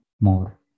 more